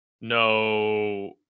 no